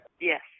Yes